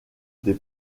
des